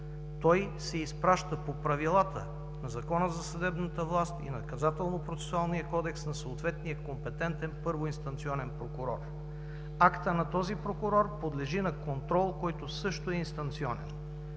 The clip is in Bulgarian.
Той се изпраща по Правилата на Закона за съдебната власт и Наказателно-процесуалния кодекс на съответния компетентен първоинстанционен прокурор. Актът на този прокурор подлежи на контрол, който също е инстанционен.